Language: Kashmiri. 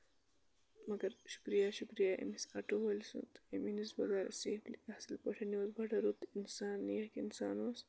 مَگر شُکرِیا شُکرِیا أمِس آٹو وٲلۍ سُند أمۍ أنِس بہٕ گرٕ سیفلی اَصٕل پٲٹھۍ یہِ اوس بَڑٕ رُت اِنسان نیک اِنسان اوس